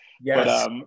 Yes